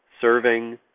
serving